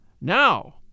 Now